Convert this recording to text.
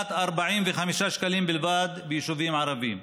לעומת 45 שקלים בלבד ביישובים הערביים.